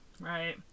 right